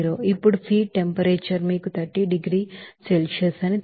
ఇప్పుడు feed temperature మీకు 30 డిగ్రీల సెల్సియస్ అని తెలుసు